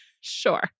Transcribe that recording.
Sure